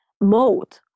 mode